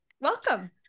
welcome